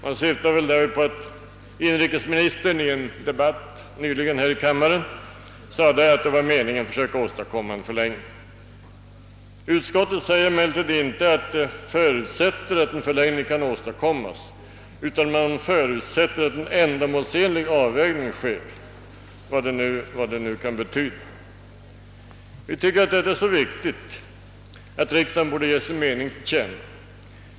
Det syftar bl.a. på att inrikesministern i en debatt nyligen här i kammaren sade, att det var meningen att söka åstadkomma en förlängning. Utskottet säger emellertid inte att det förutsätter, att en förlängning kan åstadkommas, utan utskottet förutsätter att en ändamålsenlig avvägning sker — vad det nu kan betyda. Vi tycker att detta är så viktigt att riksdagen bör ge sin mening till känna.